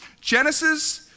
Genesis